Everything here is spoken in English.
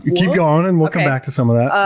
keep going and we'll come back to some of that.